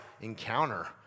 encounter